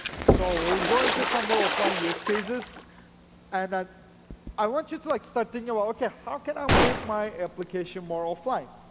so going to some offline use cases and i want you to like start thinking about, okay, how can i make my application more offline?